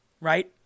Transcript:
right